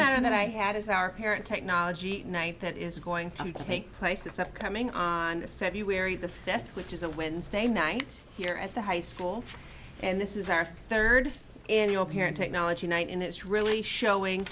matter that i had is our parent technology tonight that is going to take place it's upcoming on february the fifth which is a wednesday night here at the high school and this is our third annual here in technology night and it's really showing